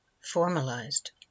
Formalized